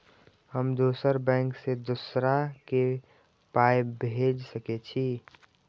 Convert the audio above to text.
हम दोसर बैंक से दोसरा के पाय भेज सके छी?